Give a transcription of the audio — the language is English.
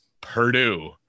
Purdue